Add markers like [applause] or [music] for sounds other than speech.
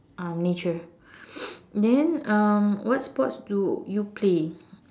um nature [noise] then um what sports do you play